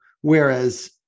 Whereas